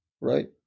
right